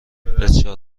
بسیار